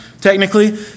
technically